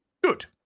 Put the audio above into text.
Good